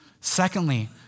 Secondly